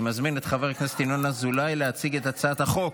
אני מזמין את חבר הכנסת ינון אזולאי להציג את הצעת החוק.